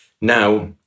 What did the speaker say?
Now